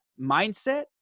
mindset